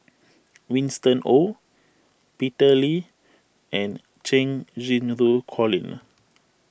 Winston Oh Peter Lee and Cheng Xinru Colin